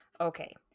Okay